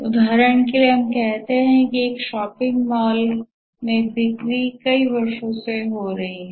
उदाहरण के लिए हमें कहते है कि एक शॉपिंग मॉल में बिक्री कई वर्षों से हो रही है